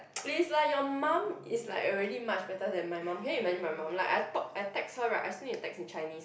please lah your mom is like already much better than my mom can you imagine my mom like I talk I text her right I still need to text her in Chinese